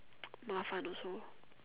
麻烦 also